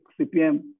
CPM